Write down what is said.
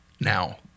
now